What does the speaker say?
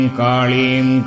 kalim